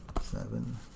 seven